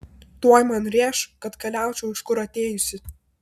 tuoj man rėš kad keliaučiau iš kur atėjusi